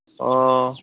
অ'